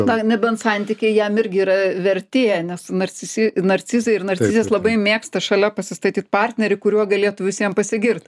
na nebent santykiai jam irgi yra vertė nes narcisi narcizai ir narcizas labai mėgsta šialia pasistatyt partnerį kuriuo galėtų visiem pasigirt